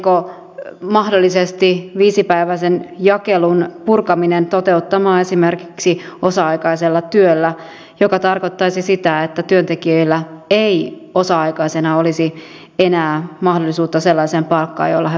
tultaisiinko mahdollisesti viisipäiväisen jakelun purkaminen toteuttamaan esimerkiksi osa aikaisella työllä joka tarkoittaisi sitä että työntekijöillä ei osa aikaisina olisi enää mahdollisuutta sellaiseen palkkaan jolla he voisivat elää